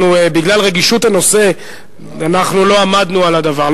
בגלל רגישות הנושא אנחנו לא עמדנו על הדבר.